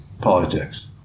politics